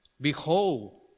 Behold